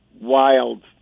wild